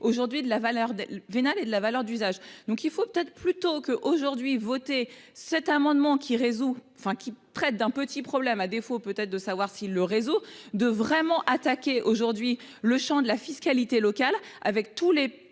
aujourd'hui de la valeur vénale et de la valeur d'usage, donc il faut peut-être plus tôt que aujourd'hui voter cet amendement qui résout enfin qui traite d'un petit problème à défaut peut-être de savoir si le réseau de vraiment attaqué aujourd'hui le Champ de la fiscalité locale avec tous les